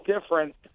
different